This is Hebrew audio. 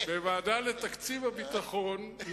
בוועדה לתקציב הביטחון,